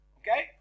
okay